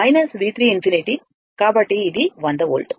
కాబట్టి ఇది 100 వోల్ట్